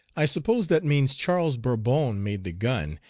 i suppose that means charles bourbon made the gun,